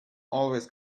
always